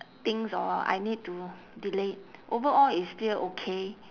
things or I need to delete overall it's still okay